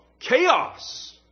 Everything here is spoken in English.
chaos